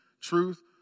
truth